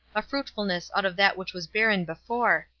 a fruitfulness out of that which was barren before,